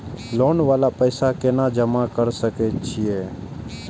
Loan वाला पैसा केना जमा कर सके छीये?